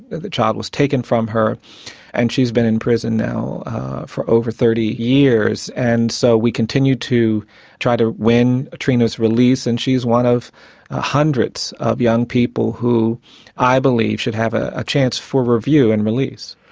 the child was taken from her and she's been in prison now for over thirty years. and so we continue to try to win trina's release, and she's one of hundreds of young people who i believe should have a ah chance for review and release.